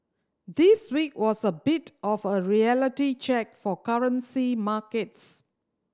this week was a bit of a reality check for currency markets